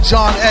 John